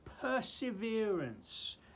perseverance